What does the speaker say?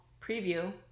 preview